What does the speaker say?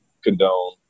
condone